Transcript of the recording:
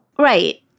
Right